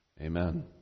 Amen